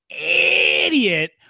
idiot